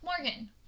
Morgan